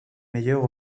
meilleures